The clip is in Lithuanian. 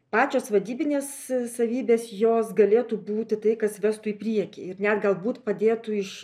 pačios vadybinės savybės jos galėtų būti tai kas vestų į priekį ir net galbūt padėtų iš